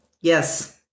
Yes